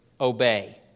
obey